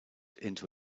into